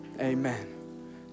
Amen